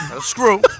Screw